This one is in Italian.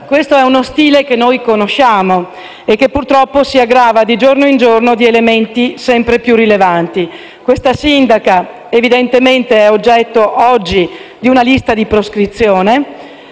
Questo è uno stile che noi conosciamo e che purtroppo si aggrava di giorno in giorno con elementi sempre più rilevanti. La sindaca in questione è evidentemente oggetto, oggi, di una lista di proscrizione,